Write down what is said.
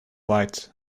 light